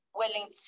willing